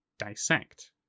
Dissect